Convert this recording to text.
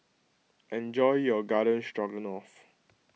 enjoy your Garden Stroganoff